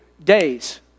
Days